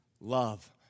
Love